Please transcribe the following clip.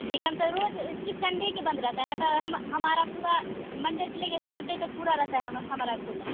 ठीक है हम तो रोज़ सिर्फ संडे के बंद रहता है न तो हमारा पूरा मंडे से लेकर सैटरडे तक पूरा रहता है हमारा खुला